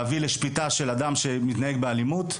להביא לשפיטה של אדם שמתנהג באלימות,